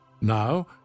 Now